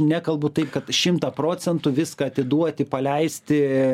nekalbu tai kad šimtą procentų viską atiduoti paleisti